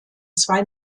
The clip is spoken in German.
zwei